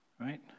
Right